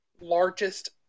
largest